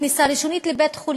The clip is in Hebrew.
כניסה ראשונית לבית-חולים.